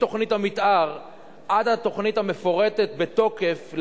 מתוכנית המיתאר עד התוכנית המפורטת בתוקף,